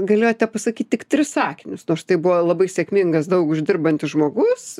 galėjo tepasakyt tik tris sakinius nors tai buvo labai sėkmingas daug uždirbantis žmogus